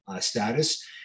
status